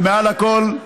ומעל הכול: